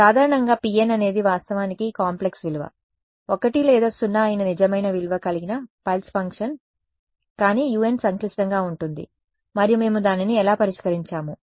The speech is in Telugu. సాధారణంగా pn అనేది వాస్తవానికి కాంప్లెక్స్ విలువ 1 లేదా 0 అయిన నిజమైన విలువ కలిగిన పల్స్ ఫంక్షన్ కానీ un సంక్లిష్టంగా ఉంటుంది మరియు మేము దానిని ఎలా పరిష్కరించాము